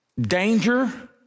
danger